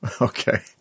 Okay